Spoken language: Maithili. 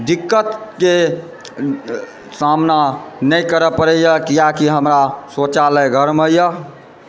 हमरा दिक्कतके सामना नहि करऽ पड़ैए किएकि हमरा शौचालय घरमे यऽ